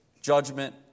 judgment